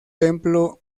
templo